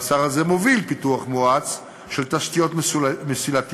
והשר הזה מוביל פיתוח מואץ של תשתיות מסילתיות,